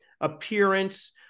appearance